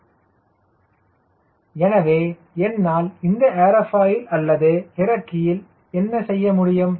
𝐶mo 0 எனவே என்னால் இந்த ஏர்ஃபாயில் அல்லது இறக்கையில் என்ன செய்ய முடியும்